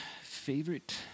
Favorite